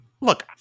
Look